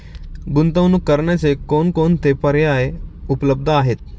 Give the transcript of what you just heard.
गुंतवणूक करण्याचे कोणकोणते पर्याय उपलब्ध आहेत?